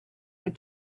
had